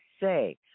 say